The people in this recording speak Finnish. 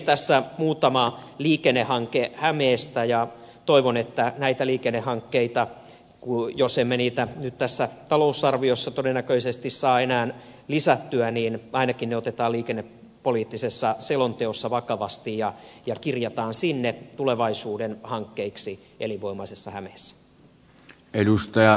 tässä muutama liikennehanke hämeestä ja toivon että nämä liikennehankkeet jos emme niitä nyt tässä talousarviossa todennäköisesti saa enää lisättyä ainakin otetaan liikennepoliittisessa selonteossa vakavasti ja kirjataan sinne tulevaisuuden hankkeiksi elinvoimaisessa hämeessä